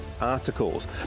articles